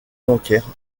bancaire